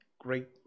great